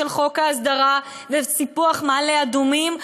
של חוק ההסדרה וסיפוח מעלה-אדומים,